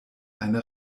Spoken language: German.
eine